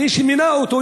מי שמינה אותו,